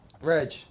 reg